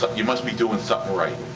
you must be doing something right.